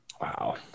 Wow